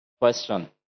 Question